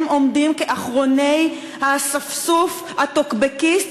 עומדים כאחרוני האספסוף הטוקבקיסט